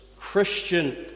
Christian